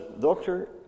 doctor